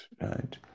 right